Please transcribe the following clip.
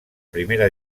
primera